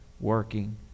working